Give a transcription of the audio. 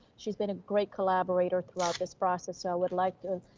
she's been a great collaborator throughout this process. so would like to